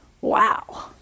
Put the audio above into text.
Wow